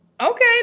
okay